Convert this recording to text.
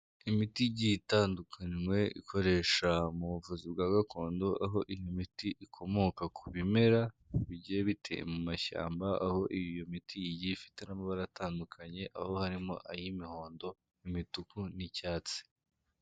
Imiti igiye itandukanwe ikoresha mu buvuzi bwa gakondo, aho iyo miti ikomoka ku bimera bigiye biteye mu mashyamba, aho iyo miti igiye ifite n'amabara atandukanye, aho harimo ay'imihondo, imituku n'icyatsi.